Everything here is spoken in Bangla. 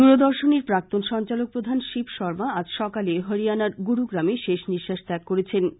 দূরদর্শনের প্রাক্তন সঞ্চালক প্রধান শিব শর্মা আজ সকালে হরিয়ানার গুরুগ্রামে শেষ নিশ্বাস ত্যাগ করেছেন